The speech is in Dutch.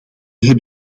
heb